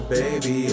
baby